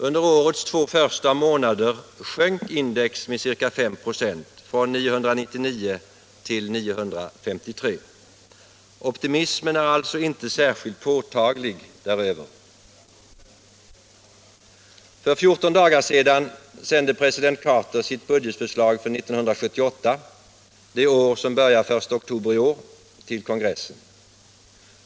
Under årets två första månader sjönk index med ca 5 96, från 999 till 953. Optimismen är alltså inte särskilt påtaglig. För 14 dagar sedan sände president Carter sitt budgetförslag för 1978 —- det budgetår som börjar den 1 oktober i år — till kongressen.